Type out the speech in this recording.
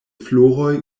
floroj